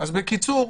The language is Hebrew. בקיצור,